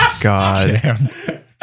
God